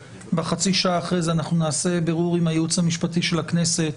ובחצי שעה שאחרי זה אנחנו נעשה בירור עם הייעוץ המשפטי של הכנסת,